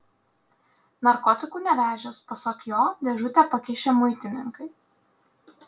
narkotikų nevežęs pasak jo dėžutę pakišę muitininkai